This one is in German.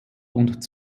und